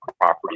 property